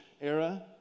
era